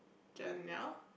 Jenelle